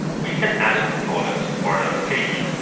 we can add a component for another page.